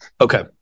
okay